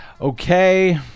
Okay